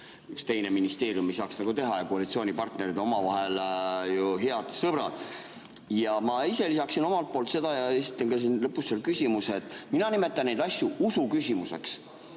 üks teine ministeerium ei saaks nagu teha ja koalitsioonipartnerid omavahel on ju head sõbrad. Ma ise lisaksin omalt poolt seda ja esitan siin lõpus küsimuse. Mina nimetan neid asju usuküsimuseks.